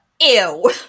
ew